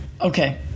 okay